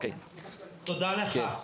תודה לך.